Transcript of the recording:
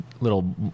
little